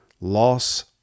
loss